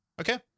Okay